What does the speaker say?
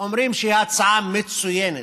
והם אומרים שההצעה מצוינת.